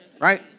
right